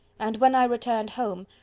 and when i returned home,